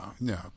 no